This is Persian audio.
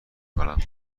کنم